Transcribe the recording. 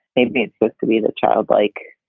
maybe it looks to me that childlike.